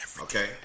Okay